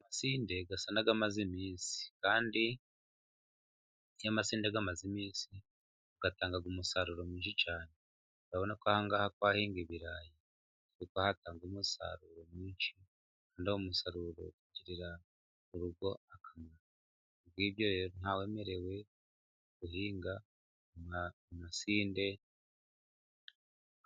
Amasinde asa n'amaze iminsi kandi iyo amasinde amaze iminsi atanga umusaruro mwinshi cyane, urabona ko aha ngaha kuhahinga ibirayi ni bwo hatanga umusaruro mwinshi. Rero umusaruro ugirira urugo akamaro, kubw' ibyo rero ntawemerewe guhinga amasinde